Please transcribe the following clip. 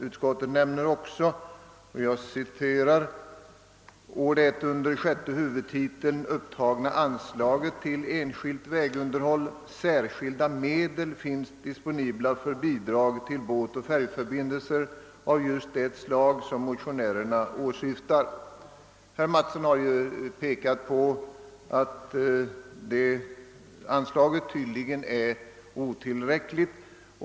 Utskottet säger också att »å det under sjätte huvudtiteln upptagna anslaget till enskilt vägunderhåll särskilda medel finns disponibla för bidrag till båtoch färjförbindelser av just det slag motionärerna närmast åsyftar». Såsom herr Mattsson framhållit är emellertid anslaget tydligen otillräckligt.